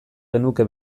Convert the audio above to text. genuke